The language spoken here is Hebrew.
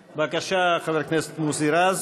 בבקשה, חבר הכנסת מוסי רז.